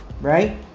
right